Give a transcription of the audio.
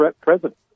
president